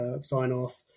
sign-off